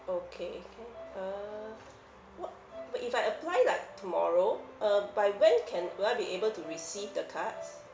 okay can uh what wait if I apply like tomorrow uh by when can will I be able to receive the cards